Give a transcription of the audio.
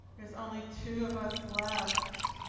there's only two of us left.